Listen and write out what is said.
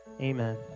Amen